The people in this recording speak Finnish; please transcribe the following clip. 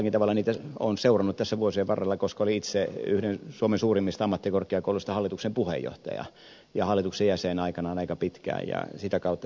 jollakin tavalla niitä olen seurannut tässä vuosien varrella koska olin itse yhden suomen suurimmista ammattikorkeakouluista hallituksen puheenjohtaja ja hallituksen jäsen aikanaan aika pitkään ja sitä kautta niitä seuraan